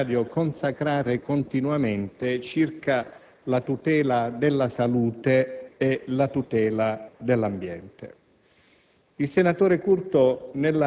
negli atti è necessario consacrare continuamente per quanto riguarda la tutela della salute e la tutela dell'ambiente.